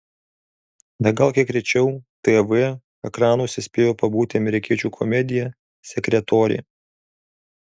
na gal kiek rečiau tv ekranuose spėjo pabūti amerikiečių komedija sekretorė